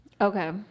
Okay